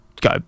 go